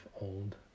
old